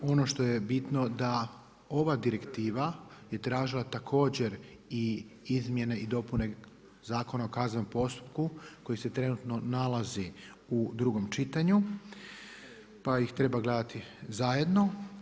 Ono što je bitno da ova direktiva je tražila također i Izmjene i dopune Zakona o kaznenom postupku koji se trenutno nalazi u drugom čitanju pa ih treba gledati zajedno.